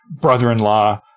brother-in-law